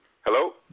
Hello